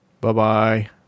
Bye-bye